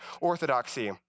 orthodoxy